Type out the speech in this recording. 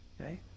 okay